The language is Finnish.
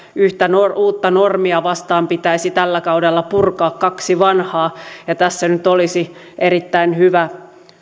yhtä uutta normia vastaan pitäisi tällä kaudella purkaa kaksi vanhaa ja tässä nyt olisi erittäin hyvä